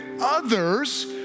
others